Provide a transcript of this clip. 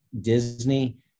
Disney